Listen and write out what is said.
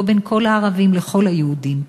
לא בין כל הערבים לכל היהודים,